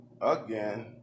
Again